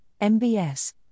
MBS